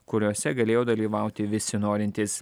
kuriose galėjo dalyvauti visi norintys